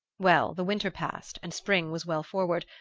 well, the winter passed, and spring was well forward,